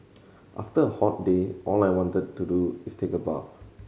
after a hot day all I want to do is take a bath